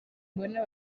mbona